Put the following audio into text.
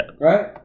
Right